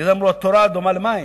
לכן אמרו שהתורה דומה למים,